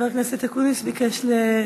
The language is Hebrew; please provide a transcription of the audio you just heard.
יישר כוחך.